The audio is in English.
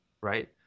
right